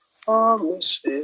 promise